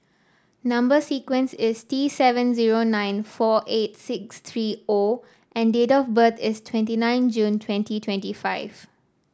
number sequence is T seven zero nine four eight six three O and date of birth is twenty nine June twenty twenty five